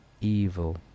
evil